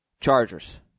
Chargers